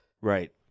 Right